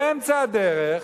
באמצע הדרך,